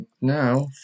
now